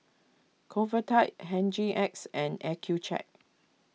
Convatec Hygin X and Accucheck